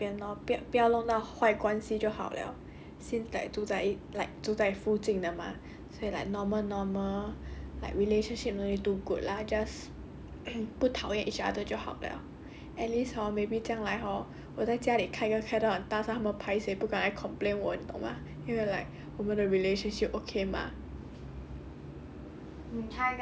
ya 我觉得 !aiya! 随便 lor 不不要弄到坏关系就好 liao since like 住在一 like 住在附近的 mah 所以 like normal normal like relationship no need too good lah just 不讨厌 each other 就好 liao at least hor maybe 将来 hor 我在家里开歌开到很大声他们 paiseh 不敢来 complain 我你懂吗因为 like 我们的 relationship okay mah